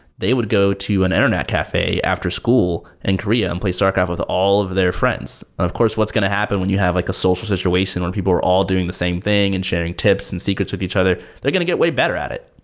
they would go to an internet cafe after school in and korea and play starcraft with all of their friends. of course, what's going to happen when you have like a social situation when people are all doing the same thing and sharing tips and secrets with each other? they're going to get way better at it.